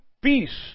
peace